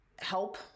Help